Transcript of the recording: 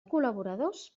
col·laboradors